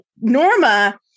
Norma